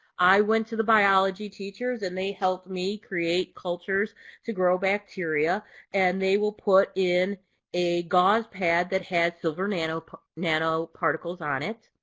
i went to the biology teachers and they helped me create cultures to grow bacteria and they will put in a gauze pad that has silver and and nanoparticles nanoparticles on it,